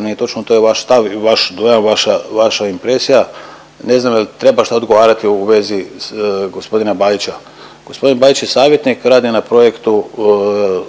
nije točno, to je vaš stav i vaš, to je vaša, vaša impresija. Ne znam jel treba šta odgovarati u vezi gospodina Bajića? Gospodin Bajić je savjetnik, radi na projektu